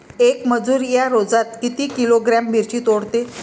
येक मजूर या रोजात किती किलोग्रॅम मिरची तोडते?